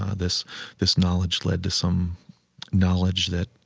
ah this this knowledge led to some knowledge that